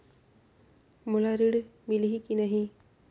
मोला ऋण मिलही की नहीं?